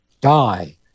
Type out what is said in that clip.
die